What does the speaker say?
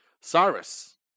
Cyrus